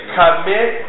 commit